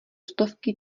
stovky